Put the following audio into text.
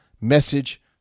message